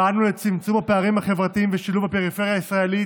פעלנו לצמצום הפערים החברתיים ולשילוב הפריפריה הישראלית,